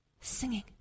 Singing